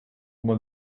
man